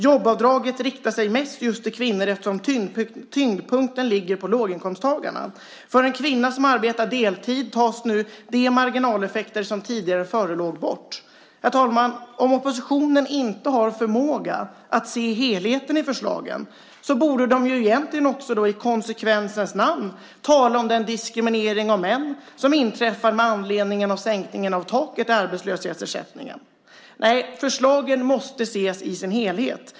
Jobbavdraget riktar sig mest just till kvinnor eftersom tyngdpunkten ligger på låginkomsttagarna. För en kvinna som arbetar deltid tas nu de marginaleffekter som tidigare förelåg bort. Herr talman! Om oppositionen inte har förmåga att se helheten i förslagen borde den egentligen i konsekvensens namn tala om den diskriminering av män som inträffar med anledning av sänkningen av taken i arbetslöshetsersättningen. Nej, förslagen måste ses i sin helhet.